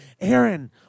Aaron